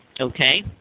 Okay